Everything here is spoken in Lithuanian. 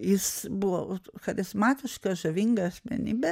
jis buvo charizmatiška žavinga asmenybė